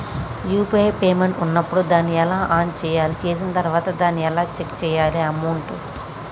UPI payment ఉన్నప్పుడు దాన్ని ఎలా ఆన్ చేయాలి? చేసిన తర్వాత దాన్ని ఎలా చెక్ చేయాలి అమౌంట్?